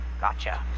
Gotcha